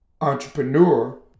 entrepreneur